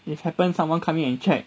if happen someone come in and check